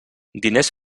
diners